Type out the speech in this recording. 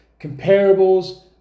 comparables